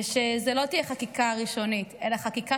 ושזאת לא תהיה חקיקה ראשונית אלא חקיקה